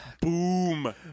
Boom